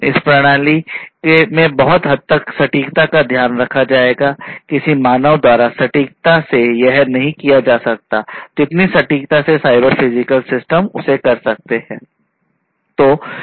इस प्रणाली में बहुत हद तक सटीकता का ध्यान रखा जाएगा किसी मानव द्वारा इतनी सटीकता से यह नहीं किया जा सकता जितनी सटीकता से साइबर फिजिकल सिस्टम उसे कर सकता है